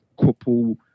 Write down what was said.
couple